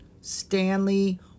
Stanley